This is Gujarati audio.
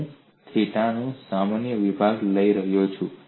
હું થીટા માં સામાન્ય વિભાગ લઈ રહ્યો છું